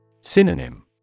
Synonym